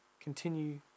continue